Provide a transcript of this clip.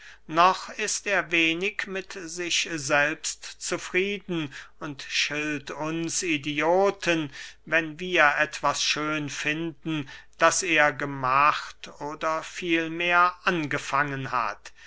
noch ist er wenig mit sich selbst zufrieden und schilt uns idioten wenn wir etwas schön finden das er gemacht oder vielmehr angefangen hat